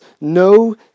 no